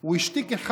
הוא השתיק אחד,